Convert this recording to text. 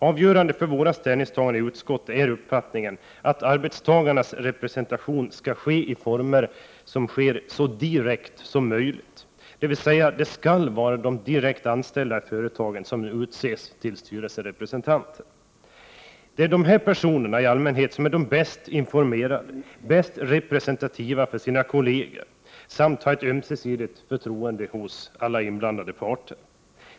Avgörande för centerns ställningstaganden i utskottet är uppfattningen att arbetstagarnas representation skall ske i former som är så direkta som möjligt, dvs. det skall vara de direkt anställda i företagen som utses till styrelserepresentanter. Det är i allmänhet dessa personer som är bäst informerade, är mest representativa för sina kolleger samt har ett ömsesidigt förtroende hos alla parter.